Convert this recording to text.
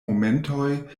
momentoj